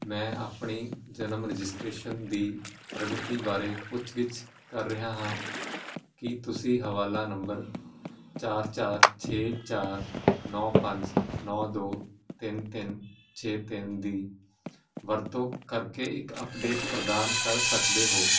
ਮੈਂ ਆਪਣੀ ਜਨਮ ਰਜਿਸਟ੍ਰੇਸ਼ਨ ਦੀ ਪ੍ਰਗਤੀ ਬਾਰੇ ਪੁੱਛਗਿੱਛ ਕਰ ਰਿਹਾ ਹਾਂ ਕੀ ਤੁਸੀਂ ਹਵਾਲਾ ਨੰਬਰ ਚਾਰ ਚਾਰ ਛੇ ਚਾਰ ਨੌ ਪੰਜ ਨੌ ਦੋ ਤਿੰਨ ਤਿੰਨ ਛੇ ਤਿੰਨ ਦੀ ਵਰਤੋਂ ਕਰਕੇ ਇੱਕ ਅੱਪਡੇਟ ਪ੍ਰਦਾਨ ਕਰ ਸਕਦੇ ਹੋ